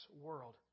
world